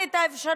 הקמתי את הוועדה.